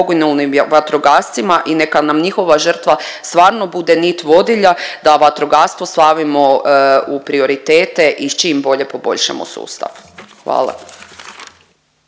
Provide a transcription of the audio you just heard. poginulim vatrogascima i neka nam njihova žrtva stvarno bude nit vodilja da vatrogastvo stavimo u prioritete i čim bolje poboljšamo sustav, hvala.